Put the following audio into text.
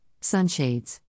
sunshades